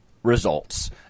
Results